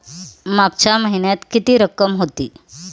मागच्या महिन्यात किती रक्कम होती?